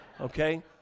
Okay